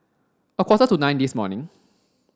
a quarter to nine this morning